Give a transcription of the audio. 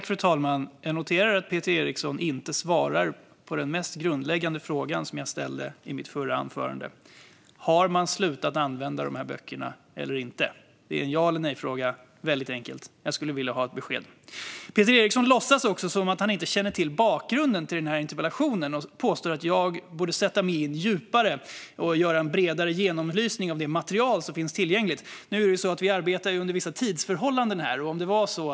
Fru talman! Jag noterar att Peter Eriksson inte svarar på den mest grundläggande frågan i mitt förra inlägg: Har man slutat använda de här böckerna eller inte? Det är en väldigt enkel ja-eller-nej-fråga. Jag skulle vilja ha ett besked. Peter Eriksson låtsas som att han inte känner till bakgrunden till interpellationen och påstår att jag borde sätta mig djupare in i frågan och göra en bredare genomlysning av det material som finns tillgängligt. Vi arbetar ju inom vissa tidsramar här i kammaren.